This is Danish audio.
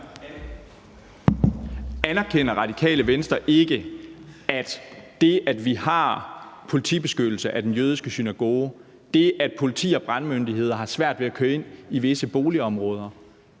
Anerkender Radikale Venstre ikke, at det, at vi har politibeskyttelse af den jødiske synagoge, det, at politi og brandmyndighed har svært ved at køre ind i visse boligområder,